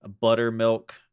buttermilk